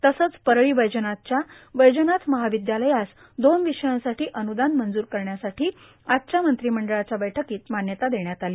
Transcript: तसंच परळी वैजनाथच्या वैजनाथ महाविद्यालयास दोन विषयांसाठी अन्दान मंजूर करण्यासाठी आजच्या मंत्रिमंडळ बैठकीत मान्यता देण्यात आली